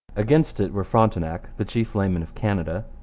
against it were frontenac, the chief laymen of canada,